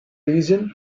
reason